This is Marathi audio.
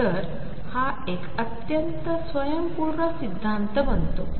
तर हा एक अत्यंत स्वयंपूर्ण सिद्धांत बनतो